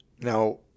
Now